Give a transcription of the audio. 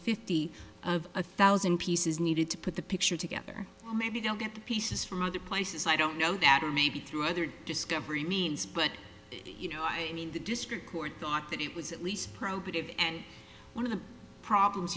fifty of a thousand pieces needed to put the picture together maybe don't get the pieces from other places i don't know that or maybe through other discovery means but you know i mean the district court thought that it was at least probative and one of the problems